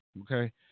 okay